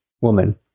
woman